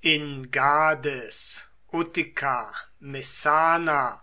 in gades utica messana